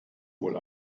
wohl